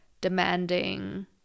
demanding